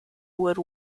would